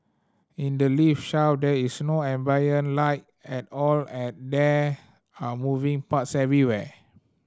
in the lift shaft there is no ambient light at all and there are moving parts everywhere